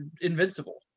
invincible